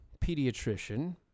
pediatrician